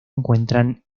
encuentran